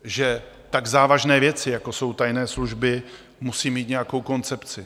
Že tak závažné věci, jako jsou tajné služby, musí mít nějakou koncepci.